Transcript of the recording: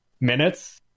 minutes